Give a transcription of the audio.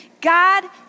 God